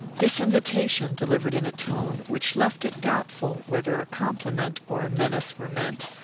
this invitation, delivered in a tone which left it doubtful whether a compliment or menace were meant,